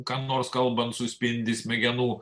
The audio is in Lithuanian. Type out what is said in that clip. kam nors kalbant suspindi smegenų